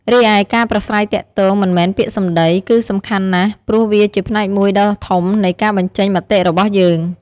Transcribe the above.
រីឯ ការប្រាស្រ័យទាក់ទងមិនមែនពាក្យសំដី គឺសំខាន់ណាស់ ព្រោះវាជាផ្នែកមួយដ៏ធំនៃការបញ្ចេញមតិរបស់យើង។